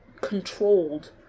controlled